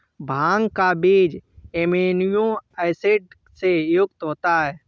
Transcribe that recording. भांग का बीज amino acid से युक्त होता है